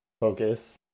focus